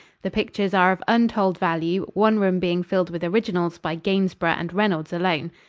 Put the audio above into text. the pictures are of untold value, one room being filled with originals by gainsborough and reynolds alone.